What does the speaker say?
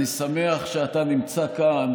אני שמח שאתה נמצא כאן,